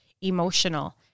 emotional